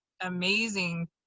amazing